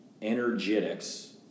Energetics